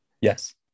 Yes